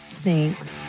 Thanks